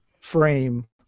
frame